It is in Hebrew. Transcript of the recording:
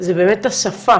זה באמת השפה